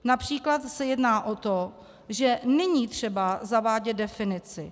Například se jedná o to, že není třeba zavádět definici.